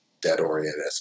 debt-oriented